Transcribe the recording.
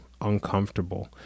uncomfortable